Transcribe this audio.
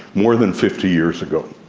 more than fifty years ago.